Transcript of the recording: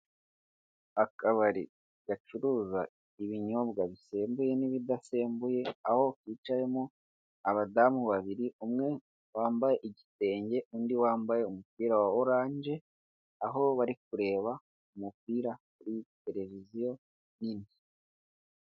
Akabari gacuruza ibinyobwa bisembuye n'ibidasembuye, aho hicayemo abadamu babiri, umwe bambaye igitenge undi wambaye umupira wa orange, aho bari kureba umupira kuri televiziyo nini.